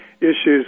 issues